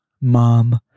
Mom